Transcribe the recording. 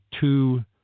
two